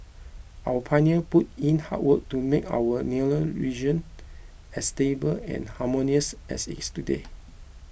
our pioneer put in hard work to make our nearer region as stable and harmonious as it is today